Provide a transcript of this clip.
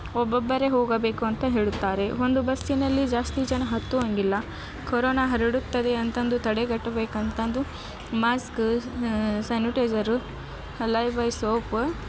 ಒಬ್ಬೊಬ್ಬರೇ ಹೋಗಬೇಕು ಅಂತ ಹೇಳುತ್ತಾರೆ ಒಂದು ಬಸ್ಸಿನಲ್ಲಿ ಜಾಸ್ತಿ ಜನ ಹತ್ತುವಂಗಿಲ್ಲ ಕರೋನ ಹರಡುತ್ತದೆ ಅಂತಂದು ತಡೆಗಟ್ಬೇಕು ಅಂತಂದು ಮಾಸ್ಕ್ ಸ್ಯಾನುಟೈಝರು ಲೈಫ್ಬೈ ಸೋಪು